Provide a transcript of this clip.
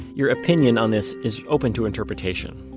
your opinion on this is open to interpretation.